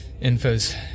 Info's